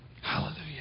Hallelujah